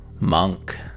Monk